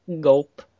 Gulp